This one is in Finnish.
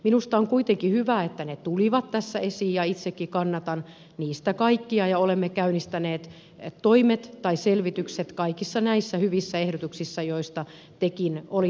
minusta on kuitenkin hyvä että ne tulivat tässä esiin ja itsekin kannatan niistä kaikkia ja olemme käynnistäneet toimet tai selvitykset kaikista näistä hyvistä ehdotuksista joista tekin olitte huolissanne